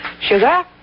sugar